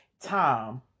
time